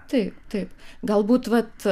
taip taip galbūt vat